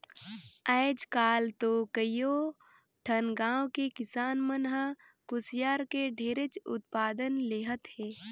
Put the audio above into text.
आयज काल तो कयो ठन गाँव के किसान मन ह कुसियार के ढेरेच उत्पादन लेहत हे